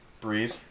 Breathe